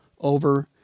over